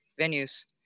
venues